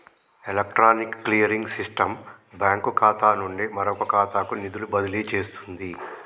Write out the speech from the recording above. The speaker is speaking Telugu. ఎలక్ట్రానిక్ క్లియరింగ్ సిస్టం బ్యాంకు ఖాతా నుండి మరొక ఖాతాకు నిధులు బదిలీ చేస్తుంది